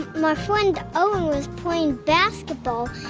my friend owen was playing basketball.